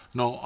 no